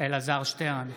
אלעזר שטרן,